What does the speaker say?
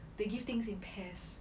they give things in pairs